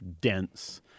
dense